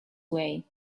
way